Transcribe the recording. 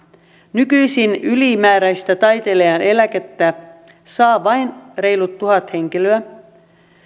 nykyisin ylimääräistä taiteilijaeläkettä saa vain reilut tuhat henkilöä